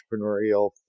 entrepreneurial